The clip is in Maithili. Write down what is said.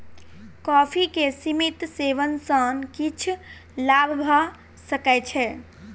कॉफ़ी के सीमित सेवन सॅ किछ लाभ भ सकै छै